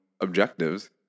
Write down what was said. objectives